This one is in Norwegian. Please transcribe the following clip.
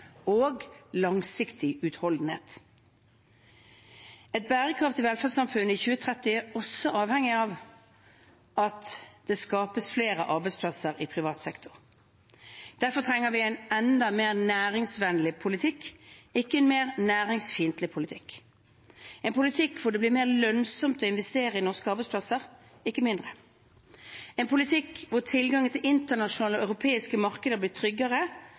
og langsiktig utholdenhet. Et bærekraftig velferdssamfunn i 2030 er også avhengig av at det skapes flere arbeidsplasser i privat sektor. Derfor trenger vi en enda mer næringsvennlig politikk, ikke en mer næringsfiendtlig politikk, en politikk som gjør det mer lønnsomt å investere i norske arbeidsplasser, ikke mindre, en politikk der tilgangen til internasjonale europeiske markeder blir tryggere